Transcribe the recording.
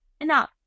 enough